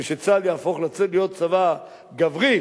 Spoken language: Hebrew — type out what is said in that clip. וצה"ל יהפוך להיות צבא גברי,